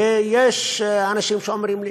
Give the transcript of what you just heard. ויש אנשים שאומרים לי,